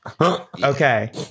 Okay